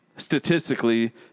statistically